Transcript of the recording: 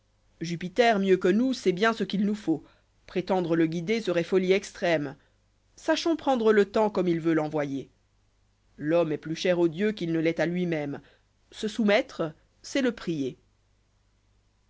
jupiter mieux que nous sait bien ce qu'il nous fauu prétendre le guider serait folie extrême sachons prendre le temps comme il veut l'envoyer l'homme est plus cher aux dieux qu'il ne l'est àlui mêoea j se soumettre c'pst les prier